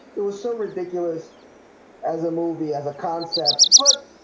it was so ridiculous as a movie as a concept but